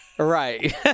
Right